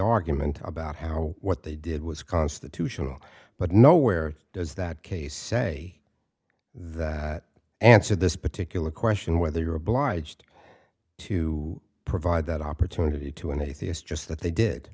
argument about how what they did was constitutional but nowhere does that case say that answered this particular question whether you're obliged to provide that opportunity to an atheist just that they did